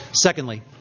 Secondly